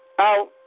out